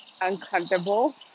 uncomfortable